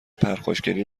پرخاشگری